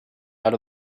out